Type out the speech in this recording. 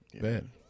Man